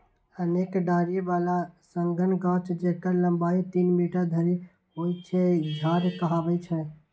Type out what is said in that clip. अनेक डारि बला सघन गाछ, जेकर लंबाइ तीन मीटर धरि होइ छै, झाड़ कहाबै छै